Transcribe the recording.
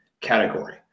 category